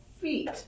feet